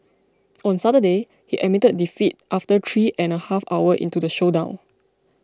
on Saturday he admitted defeat after three and a half hour into the showdown